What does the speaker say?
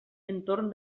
entorn